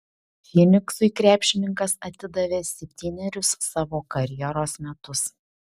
fyniksui krepšininkas atidavė septynerius savo karjeros metus